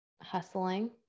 hustling